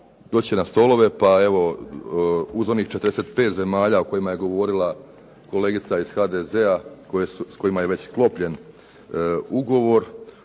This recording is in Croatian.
doći na stolove, pa evo uz onih 45 zemalja o kojima je govorila kolegica iz HDZ-a s kojima je već sklopljen ugovor